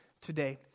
today